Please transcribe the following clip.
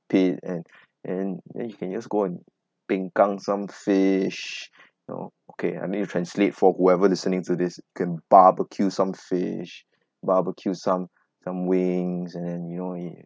pit and and then you can just go and peng kang some fish know okay and then you translate for whoever listening to this can barbecue some fish barbecue some some wings and and you know and